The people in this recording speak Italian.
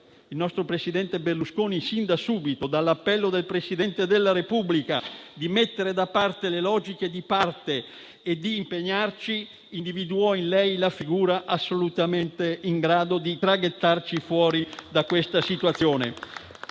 Il nostro presidente Berlusconi, sin da subito, dall'appello del Presidente della Repubblica di mettere da parte le logiche di parte e di impegnarci, individuò in lei la figura assolutamente in grado di traghettarci fuori da questa situazione.